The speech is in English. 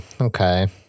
Okay